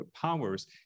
powers